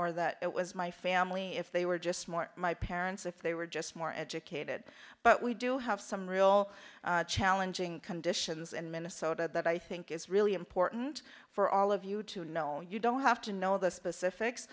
or that it was my family if they were just more my parents if they were just more educated but we do have some real challenging conditions in minnesota that i think it's really important for all of you to know you don't have to know the specifics